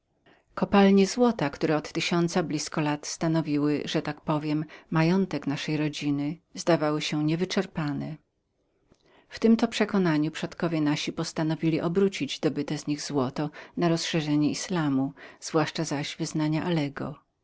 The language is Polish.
kopalnie złota które od tysiąca blizko lat stanowiły że tak powiem majątek naszej rodziny zdawały się niewyczerpanemi w tem to przekonaniu przodkowie nasi postanowili obrócić dobyte z nich złoto na rozszerzanie islamizmu zwłaszcza zaś wyznania alego